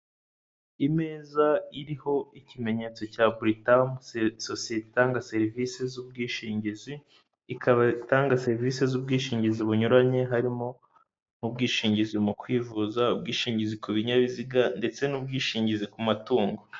Imeza iriho ikimenyetso cya Buritamu sosiyete itanga serivise z'ubwishingizi, ikaba itanga serivise z'ubwishingizi bunyuranye harimo nk'ubwishingizi mu kwivuza, ubwishingizi ku binyabiziga ndetse n'ubwishingizi ku matungo.